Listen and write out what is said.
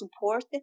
support